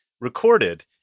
recorded